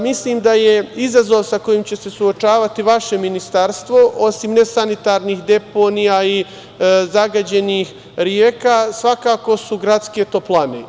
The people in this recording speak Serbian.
Mislim da izazov sa kojim će se suočavati vaše Ministarstvo, osim nesanitarnih deponija i nezagađenih reka, svakako su gradske toplane.